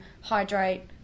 hydrate